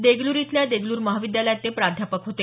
देगलूर इथल्या देगलूर महाविद्यालयात ते प्राध्यापक होते